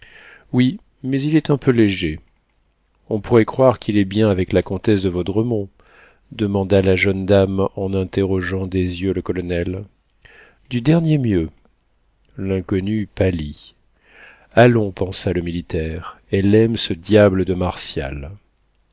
oui mais il est un peu léger on pourrait croire qu'il est bien avec la comtesse de vaudremont demanda la jeune dame en interrogeant des yeux le colonel du dernier mieux l'inconnue pâlit allons pensa le militaire elle aime ce diable de martial